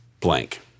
blank